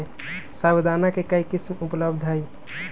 साबूदाना के कई किस्म उपलब्ध हई